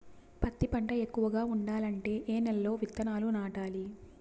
పత్తి పంట ఎక్కువగా పండాలంటే ఏ నెల లో విత్తనాలు నాటాలి?